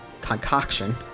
concoction